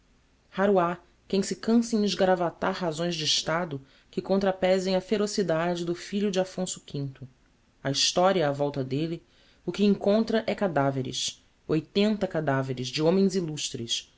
ha quem se canse em esgaravatar razões d'estado que contrapesem a ferocidade do filho d'affonso v a historia á volta d'elle o que encontra é cadaveres oitenta cadaveres de homens illustres